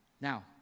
Now